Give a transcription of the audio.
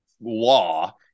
law